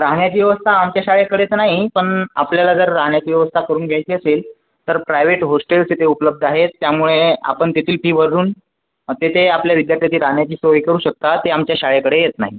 राहण्याची व्यवस्था आमच्या शाळेकडे तर नाही पण आपल्याला जर राहण्याची व्यवस्था करून घ्यायची असेल तर प्रायव्हेट होस्टेल्स इथे उपलब्ध आहे त्यामुळे आपण तेथील फी भरून तेथे आपल्या विद्यार्थ्याची राहण्याची सोय करू शकता ते आमच्या शाळेकडे येत नाही